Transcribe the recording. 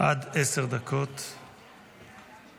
עד עשר דקות לרשותך.